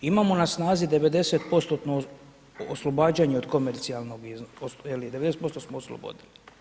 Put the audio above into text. Imamo na snazi 90% oslobađanje od komercijalnog, 90% smo oslobodili.